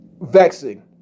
vexing